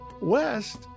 West